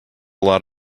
lot